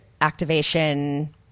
activation